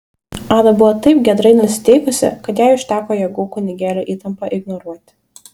ada buvo taip giedrai nusiteikusi kad jai užteko jėgų kunigėlio įtampą ignoruoti